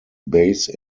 base